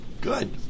Good